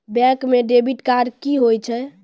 Bank म debit card की होय छै?